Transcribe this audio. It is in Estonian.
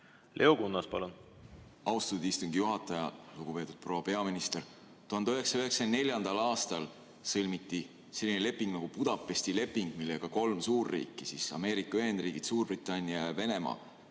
sõlmida? Austatud istungi juhataja! Lugupeetud proua peaminister! 1994. aastal sõlmiti selline leping nagu Budapesti leping, millega kolm suurriiki, Ameerika Ühendriigid, Suurbritannia ja Venemaa,